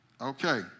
Okay